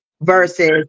versus